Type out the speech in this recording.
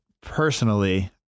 personally